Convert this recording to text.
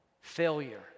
failure